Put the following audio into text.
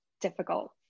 difficult